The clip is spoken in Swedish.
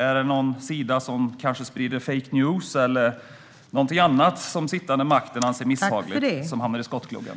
Är det en sida som sprider fake news eller något annat som den sittande makten anser misshagligt som kommer att hamna i skottgluggen?